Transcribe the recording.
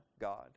God